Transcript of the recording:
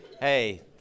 hey